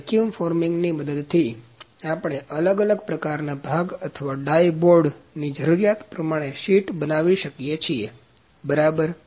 તેથી વેક્યૂમ ફોર્મિંગની મદદથી આપણે અલગ અલગ પ્રકારના ભાગ અથવા ડાઇ બોર્ડની જરૂરિયાત પ્રમાણે શીટ બનાવી શકીએ છીએ બરાબર